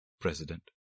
President